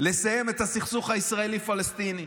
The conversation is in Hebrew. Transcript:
לא הצלחנו לסיים את הסכסוך הישראלי פלסטיני.